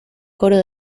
coro